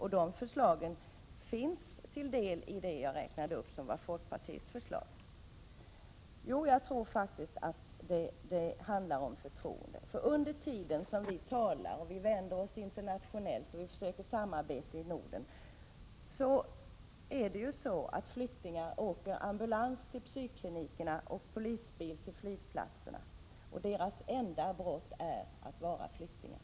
Hans förslag finns till en del i det jag räknade upp som folkpartiets förslag. Jag tror faktiskt att det handlar om förtroendet. Under den tid som vi talar, vänder oss utomlands och försöker samarbeta inom Norden åker flyktingarna ambulans till psykklinikerna och polisbil till flygplatserna. Deras enda brott är att de är flyktingar.